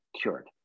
cured